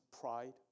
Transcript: pride